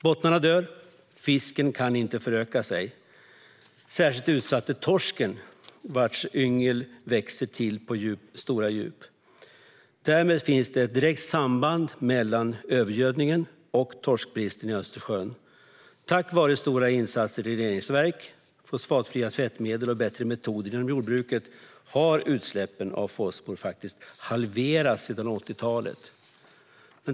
Bottnarna dör, och fisken kan inte föröka sig. Särskilt utsatt är torsken, vars yngel växer till på stora djup. Därmed finns ett direkt samband mellan övergödningen och torskbristen i Östersjön. Tack vare stora insatser i reningsverk, fosfatfria tvättmedel och bättre metoder inom jordbruket har utsläppen av fosfor halverats sedan 80-talet.